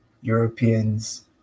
Europeans